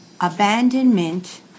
abandonment